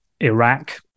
Iraq